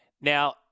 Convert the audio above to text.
Now